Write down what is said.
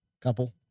Couple